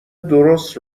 درست